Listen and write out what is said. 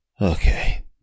Okay